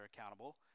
accountable